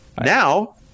Now